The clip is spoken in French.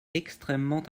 extrêmement